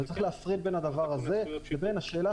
אבל צריך להפריד בין הדבר הזה לבין השאלה